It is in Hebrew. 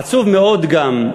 עצוב מאוד גם,